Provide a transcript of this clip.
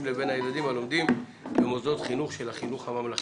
לבין הילדים הלומדים במוסדות חינוך של החינוך הממלכתי.